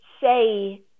say